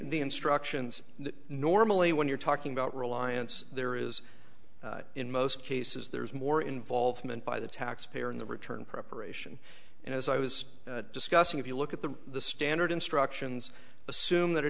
the instructions normally when you're talking about reliance there is in most cases there is more involvement by the taxpayer in the return preparation and as i was discussing if you look at the standard instructions assume that a